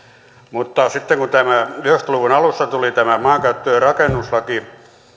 mutta sitten kun yhdeksänkymmentä luvun alussa tuli tämä maankäyttö ja rakennuslaki